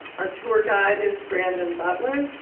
our tour guide is brandon butler,